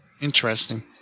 Interesting